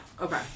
Okay